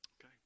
Okay